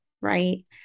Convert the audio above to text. right